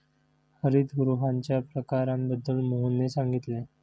हरितगृहांच्या प्रकारांबद्दल मोहनने सांगितले